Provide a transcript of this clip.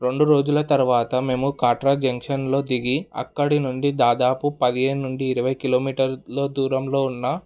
రెండు రోజుల తరువాత మేము కాట్రా జంక్షన్లో దిగి అక్కడ నుండి దాదాపు పదిహేను నుండి ఇరవై కిలోమీటర్లో దూరంలో ఉన్న